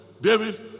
David